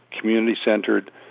community-centered